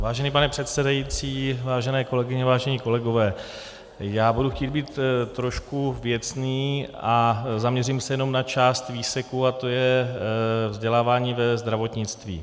Vážený pane předsedající, vážené kolegyně, vážení kolegové, budu chtít být trošku věcný a zaměřím se jenom na část výseku a to je vzdělávání ve zdravotnictví.